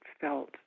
felt